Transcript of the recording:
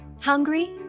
Hungry